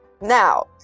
Now